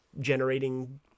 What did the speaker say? generating